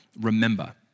remember